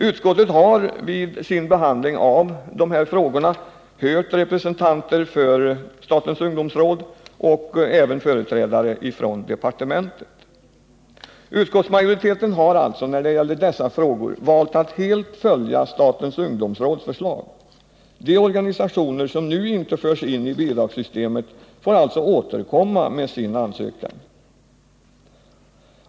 Utskottet har vid sin behandling av de här frågorna hört representanter för statens ungdomsråd och företrädare för departementet. Utskottsmajoriteten har alltså när det gäller dessa frågor valt att helt följa statens ungdomsråds förslag. De organisationer som nu inte förs in i bidragssystemet får alltså återkomma med sina ansökningar.